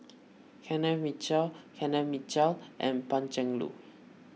Kenneth Mitchell Kenneth Mitchell and Pan Cheng Lui